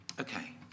Okay